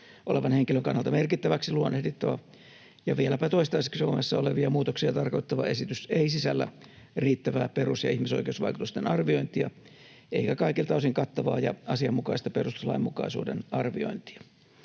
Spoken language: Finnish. olevan henkilön kannalta merkittäväksi luonnehdittava ja vieläpä toistaiseksi voimassa olevia muutoksia tarkoittava esitys ei sisällä riittävää perus- ja ihmisoikeusvaikutusten arviointia eikä kaikilta osin kattavaa ja asianmukaista perustuslainmukaisuuden arviointia.